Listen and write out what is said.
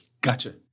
Gotcha